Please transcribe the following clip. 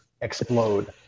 explode